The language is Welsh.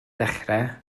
dechrau